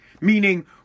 meaning